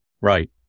right